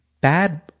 bad